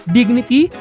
dignity